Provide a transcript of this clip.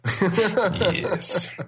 Yes